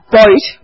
boat